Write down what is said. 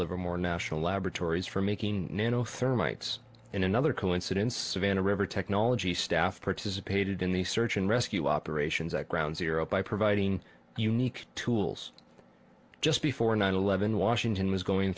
livermore national laboratories for making nano thermites and another coincidence savannah river technology staff participated in the search and rescue operations at ground zero by providing unique tools just before nine eleven washington was going